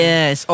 Yes